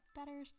better